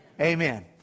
Amen